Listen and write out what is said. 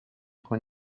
con